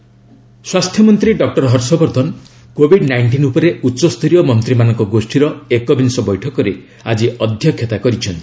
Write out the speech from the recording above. Harshvardhan GOM ସ୍ୱାସ୍ଥ୍ୟ ମନ୍ତ୍ରୀ doctor Harshvardhan Covid nineteen ଉପରେ ଉଚ୍ଚସ୍ତରୀୟ ମନ୍ତ୍ରୀମାନଙ୍କ ଗୋଷ୍ଠୀର ଏକବିଂଶ ବୈଠକରେ ଆଜି ଅଧ୍ୟକ୍ଷତା କରିଛନ୍ତି